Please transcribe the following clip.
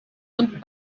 und